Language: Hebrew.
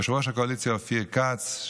ליושב-ראש הקואליציה אופיר כץ,